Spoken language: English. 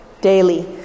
daily